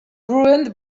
ruined